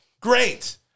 Great